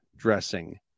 dressing